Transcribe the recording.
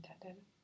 intended